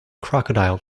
crocodile